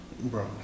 Bro